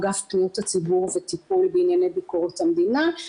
אגף פניות הציבור וטיפול בענייני ביקורת המדינה,